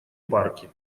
парки